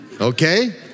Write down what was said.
okay